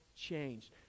changed